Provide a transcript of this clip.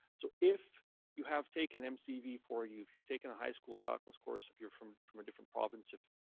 so if you have taken um mcv four u, if you've taken a high school calculus course, if you're from from a different province if,